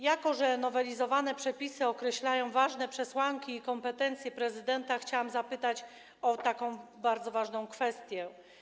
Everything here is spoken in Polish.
Jako że nowelizowane przepisy określają ważne przesłanki i kompetencje prezydenta, chciałabym zapytać o taką bardzo ważną kwestię.